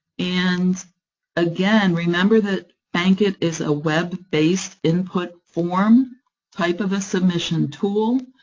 and again, remember that bankit is a web-based input form type of a submission tool,